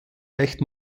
recht